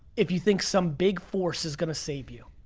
if you think some big force is gonna save you.